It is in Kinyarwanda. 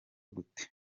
gute